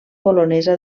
polonesa